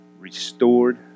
restored